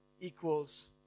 equals